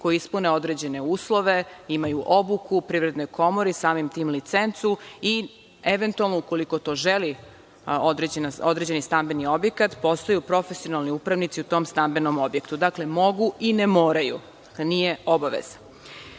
koji ispune određene uslove, imaju obuku u Privrednoj komori, samim tim i licencu i eventualno ukoliko to želi određeni stambeni objekat, postaju profesionalni upravnici u tom stambenom objektu. Dakle, mogu i ne moraju, nije